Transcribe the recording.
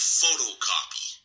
photocopy